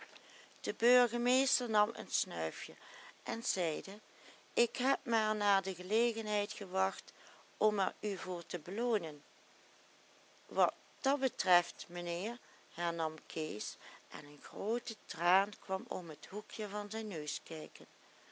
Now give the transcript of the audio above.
de burgemeester nam een snuifjen en zeide ik heb maar naar de gelegenheid gewacht om er u voor te beloonen wat dat betreft meheer hernam kees en een groote traan kwam om het hoekje van zijn neus kijken